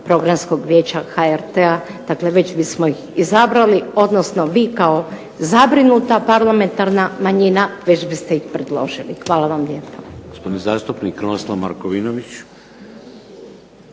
Programskog vijeća HRT-a, dakle već bismo ih izabrali odnosno vi kao zabrinuta parlamentarna manjina već biste ih predložili. Hvala vam lijepa.